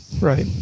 Right